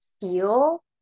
feel